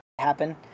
happen